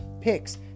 picks